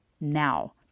now